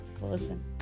person